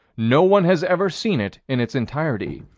no one has ever seen it in its entirety.